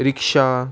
rickshaw